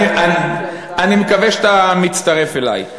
אני מקווה שאתה מצטרף אלי.